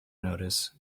notice